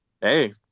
hey